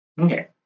Okay